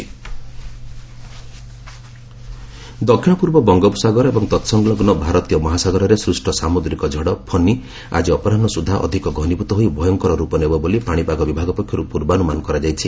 cyclone ଦକ୍ଷିଣପୂର୍ବ ବଙ୍ଗୋପସାଗର ଏବଂ ତତ୍ସଂଗଲଗ୍ନ ଭାରତୀୟ ମହାସାଗରରେ ସ୍ପଷ୍ଟ ସାମୁଦ୍ରିକ ଝଡ଼ 'ଫନି' ଆଜି ଅପରାହ୍ନ ସୁଦ୍ଧା ଅଧିକ ଘନିଭୂତ ହୋଇ ଭୟଙ୍କର ରୂପ ନେବ ବୋଲି ପାଣିପାଗ ବିଭାଗ ପକ୍ଷରୁ ପୂର୍ବାନୁମାନ କରାଯାଇଛି